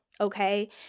okay